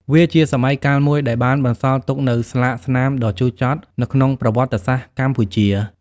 វាជាសម័យកាលមួយដែលបានបន្សល់ទុកនូវស្លាកស្នាមដ៏ជូរចត់នៅក្នុងប្រវត្តិសាស្ត្រកម្ពុជា។